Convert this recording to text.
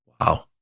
Wow